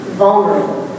vulnerable